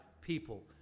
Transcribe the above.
people